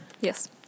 Yes